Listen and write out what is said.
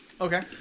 Okay